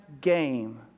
game